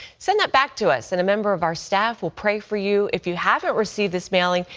send that back to us and a member of our staff will pray for you. if you haven't received this mailing,